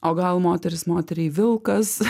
o gal moteris moteriai vilkas